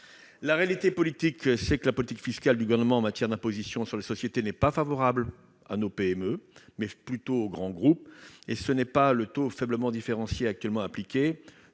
La réalité, c'est que la politique fiscale du Gouvernement en matière d'imposition sur les sociétés est favorable non pas à nos PME, mais plutôt aux grands groupes, et ce n'est pas le taux faiblement différencié actuellement appliqué,